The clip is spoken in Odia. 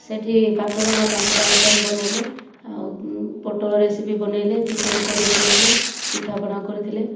ସେଠି ପାଞ୍ଚଜଣ ପାଞ୍ଚଟା ଆଇଟମ୍ ବନାଇଲେ ଆଉ ପୋଟଳ ରେସିପି ବନାଇଲେ ଚିକେନ୍ କରି ବନାଇଲେ ପିଠାପଣା କରିଥିଲେ